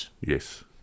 Yes